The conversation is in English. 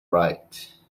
right